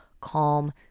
calm